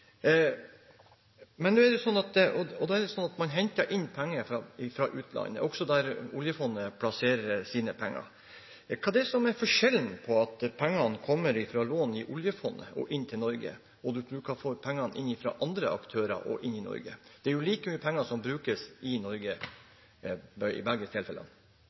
Da henter man inn penger fra utlandet, også der oljefondet plasserer sine penger. Hva er forskjellen på at pengene kommer fra lån i oljefondet og inn til Norge og å låne pengene fra andre aktører og inn til Norge? Det er jo like mye penger som brukes i Norge i begge